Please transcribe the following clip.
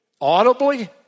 audibly